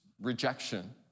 rejection